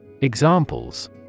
Examples